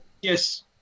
Yes